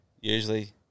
usually